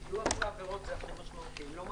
הישיבה ננעלה בשעה 12:16.